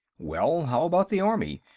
well, how about the army,